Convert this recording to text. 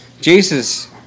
Jesus